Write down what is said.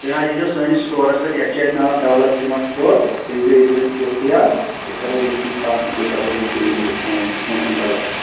تُہۍ حظ ییٖزیو سٲنِس سِٹورَس پٮ۪ٹھ یَتھ چھِ اَسہِ ناو دَولَت سیٖمَنٛٹ سِٹور تُہۍ ییٖزیو یوٚتھُے حظ أسۍ کَرو ییٚتھی کَتھ تہٕ بیٚیہِ کَرو تَمہِ وِزِ بیٚیہِ تہِ ڈِسکاوُنٛٹ کیٚنٛہہ چھُنہٕ پَرواے